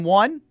one